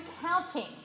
counting